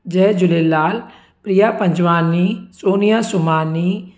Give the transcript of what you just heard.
Jay Jhulelal Priya Panjwani Sonia Somani